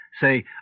say